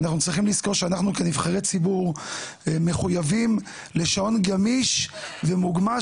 אנחנו צריכים לזכור שאנחנו כנבחרי ציבור מחויבים לשעון גמיש ומוגמש,